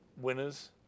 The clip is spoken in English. winners